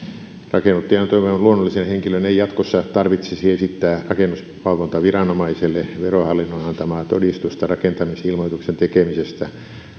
rakennuttajana toimimivan luonnollisen henkilön ei jatkossa tarvitsisi esittää rakennusvalvontaviranomaiselle verohallinnon antamaa todistusta rakentamisilmoituksen tekemisestä